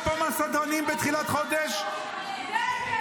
פה מהסדרנים בתחילת חודש ----- כן,